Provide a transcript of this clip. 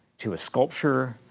to a sculpture,